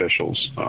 officials